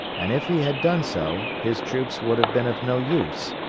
and if he had done so, his troops would have been of no use,